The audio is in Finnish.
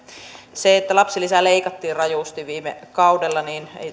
se että lapsilisää leikattiin rajusti viime kaudella